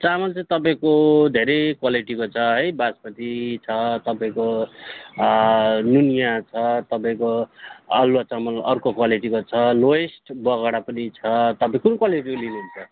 चामल चाहिँ तपाईँको धेरै क्वालिटीको छ है बासमती छ तपाईँको नुनिया छ तपाईँको अलुवा चामल अर्को क्वालिटीको छ लोएस्ट बगडा पनि छ तपाईँ कुन क्वालिटीको लिनुहुन्छ